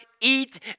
eat